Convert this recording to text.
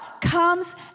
comes